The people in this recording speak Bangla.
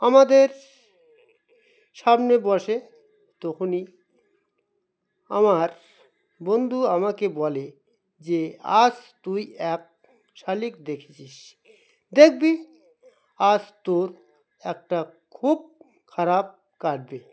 আমাদের সামনে বসে তখনই আমার বন্ধু আমাকে বলে যে আজ তুই এক শালিক দেখেছিস দেখবি আজ তোর একটা খুব খারাপ কাটবে